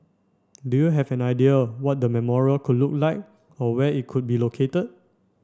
do you have an idea what the memorial could look like or where it could be located